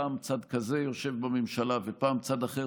פעם צד כזה יושב בממשלה ופעם צד אחר,